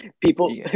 people